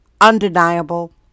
undeniable